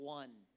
one